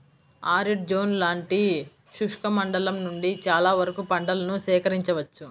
arid zone లాంటి శుష్క మండలం నుండి చాలా వరకు పంటలను సేకరించవచ్చు